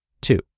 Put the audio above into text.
Two